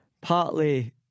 partly